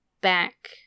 back